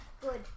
Good